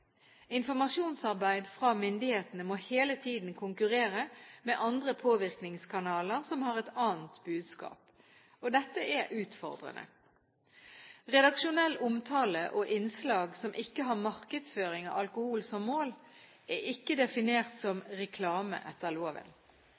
Informasjonsarbeid fra myndighetene må hele tiden konkurrere med andre påvirkningskanaler som har et annet budskap. Dette er utfordrende. Redaksjonell omtale og innslag som ikke har markedsføring av alkohol som mål, er ikke definert som